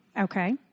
Okay